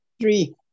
Three